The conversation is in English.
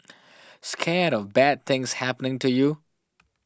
scared of bad things happening to you